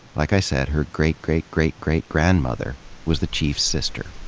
like i said, her great, great, great, great grandmother was the chief's sister.